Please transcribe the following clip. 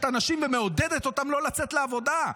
אנשים ומעודדת אותם לא לצאת לעבודה.